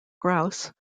grouse